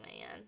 man